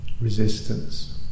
Resistance